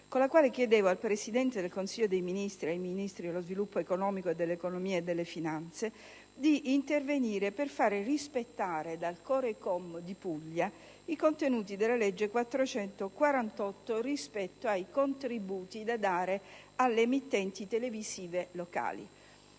con la quale chiedevo al Presidente del Consiglio dei ministri e ai Ministri dello sviluppo economico e dell'economia e delle finanze di intervenire per fare rispettare dal Comitato regionale per le comunicazioni della Puglia i contenuti della legge n. 448 del 1998 rispetto ai contributi da dare alle emittenti televisive locali.